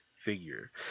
figure